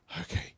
okay